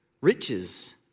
riches